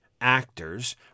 actors